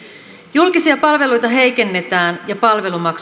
julkisia palveluita heikennetään ja palvelumaksuja korotetaan